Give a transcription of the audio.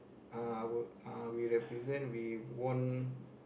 uh I will uh we represent we won